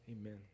Amen